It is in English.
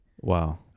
Wow